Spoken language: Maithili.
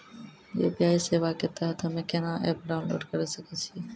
यु.पी.आई सेवा के तहत हम्मे केना एप्प डाउनलोड करे सकय छियै?